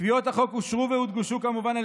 קביעות החוק אושרו והודגשו כמובן על